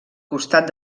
costat